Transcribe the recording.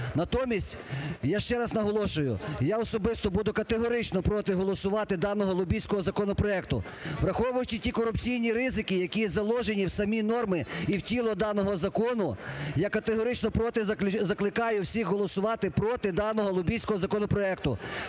Натомість, я ще раз наголошую, я особисто буду категорично проти голосувати даного лобістського законопроекту, враховуючи ті корупційні ризики, які заложені в самі норми і в тіло даного закону. Я категорично проти. Закликаю всіх голосувати проти даного лобістського законопроекту,